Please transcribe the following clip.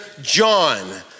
John